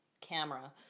camera